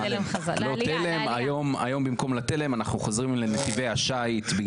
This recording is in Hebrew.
היו במקום לתלם אנחנו חוזרים לנתיבי השייט.